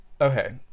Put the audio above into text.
Okay